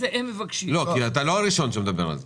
אתה לא הראשון שמדבר על זה.